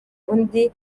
undi